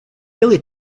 really